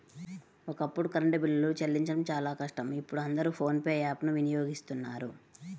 ఒకప్పుడు కరెంటు బిల్లులు చెల్లించడం చాలా కష్టం ఇప్పుడు అందరూ ఫోన్ పే యాప్ ను వినియోగిస్తున్నారు